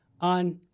on